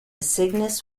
cygnus